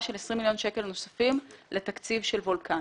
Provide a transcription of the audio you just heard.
20 מיליון שקלים נוספים לתקציב של וולקני.